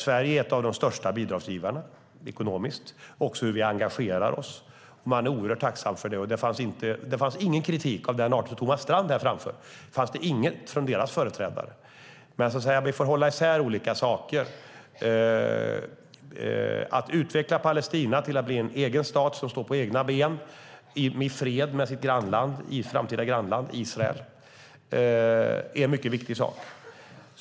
Sverige är en av de största bidragsgivarna ekonomiskt och också när det gäller hur vi engagerar oss. Man är oerhört tacksam för det. Det fanns ingen kritik från deras företrädare av den art som Thomas Strand här framför. Men vi får hålla isär olika saker. Att utveckla Palestina till att bli en egen stat som står på egna ben i fred med sitt framtida grannland Israel är något mycket viktigt.